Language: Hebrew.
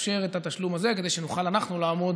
לאפשר את התשלום הזה כדי שנוכל אנחנו לעמוד